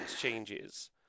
changes